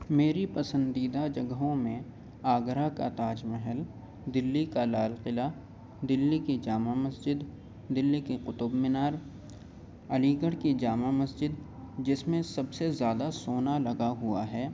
میری پسندیدہ جگہوں میں آگرہ کا تاج محل دلی کا لال قلعہ دلی کی جامع مسجد دلی کی قطب مینار علی گڑھ کی جامع مسجد جس میں سب سے زیادہ سونا لگا ہوا ہے